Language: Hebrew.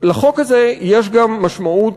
לחוק הזה יש גם משמעות